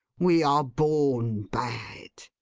we are born bad